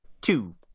two